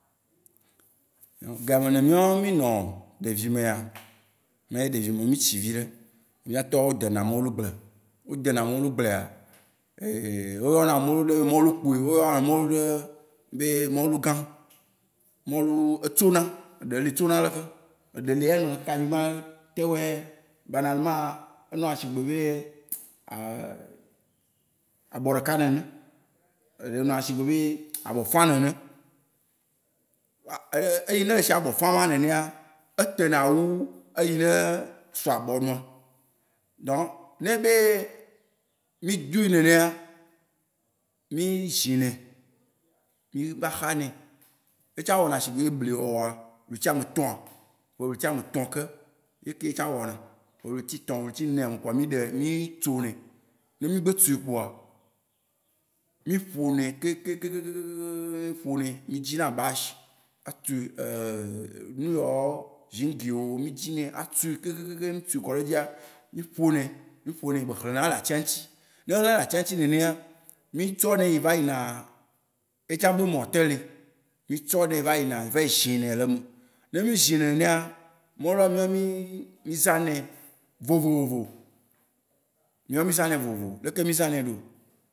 Gayime ne míawo mí nɔ ɖevi mea, me ɖevi meo, mí tsi viɖe. Mía tɔwo de na mɔlu gble. O de na mɔlu gblea, wó yɔna mɔlu ɖe be mɔlu kpui. Wó yɔna mɔlu ɖe be mɔlu gã. Mɔlu- etso na. Eɖe li tso na leke. Eɖe lia eya nɔna kaka anyigbã tɛwɛ. Banalement, enɔ na shi gbe be abɔ ɖeka nene. Eɖe nɔna shi gbe be abɔ fã nene. eyi ne le shie abɔ fã wan nenea, etẽ na wu eyi ne so abɔ me. Donc, neebe mí dui nenea, mí zĩ nae, mí va xa nae. Yetsã wɔna shi be ebli ɣleti ame tɔ ke ye yetsã wɔna. Le ɣleti tɔ, ɣleti nea me kpoa mí ɖe- mí tso nae. Ne mí gbe tsoe kpoa, mí ƒo nae kekekekekem, ƒonae. Mí dzi na bash, atu nuyawo, zĩngi wó, mí dzi nae, atsoe kekekekekem. Ne mí tsoe kɔɖe edzia, mí ƒo nae. Mí ƒo nae be hle na le atsia ŋutsi. Ne hle le atsia ŋutsi nenea, mí tsɔ nae va yina yetsã be mɔte li. Mí tsɔ nae va yina vayi zĩ nae le eme. Ne mí zĩ nenea, mɔlua míawoa mí zã nɛ, vovovo. Míawoa mí zã nɛ vovovo. Ɖeke mí zã nae ɖo?